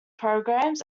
programs